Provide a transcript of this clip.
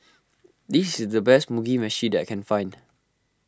this is the best Mugi Meshi that I can find